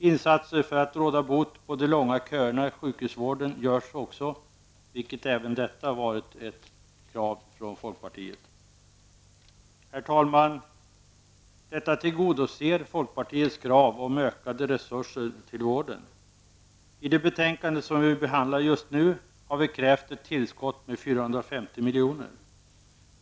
Insatser för att råda bot på de långa köerna i sjukhusvården görs också, vilket även varit ett krav från folkpartiet. Herr talman! Detta tillgodoser folkpartiets krav om ökade resurser till vården. I det betänkande som vi just nu behandlar har vi krävt ett tillskott med 450 milj.kr.